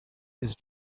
his